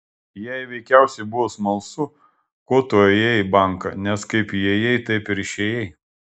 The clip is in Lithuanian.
jai veikiausiai buvo smalsu ko tu ėjai į banką nes kaip įėjai taip ir išėjai